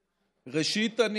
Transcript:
ראשית,